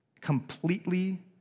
completely